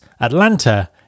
Atlanta